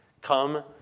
Come